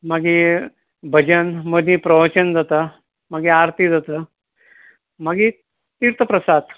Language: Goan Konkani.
मागीर भजन मदीं प्रवचन जाता मागीर आरती जातात मागीर तिर्थ प्रसाद